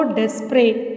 desperate